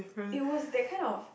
it was that kind of